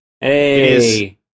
Hey